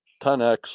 10X